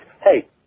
hey